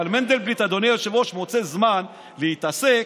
אבל מנדלבליט, אדוני היושב-ראש, מוצא זמן להתעסק,